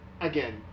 again